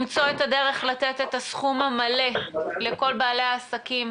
למצוא את הדרך לתת את הסכום המלא לכל בעלי העסקים,